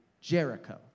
Jericho